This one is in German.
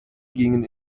gingen